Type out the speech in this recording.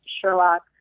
Sherlock